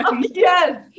Yes